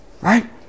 right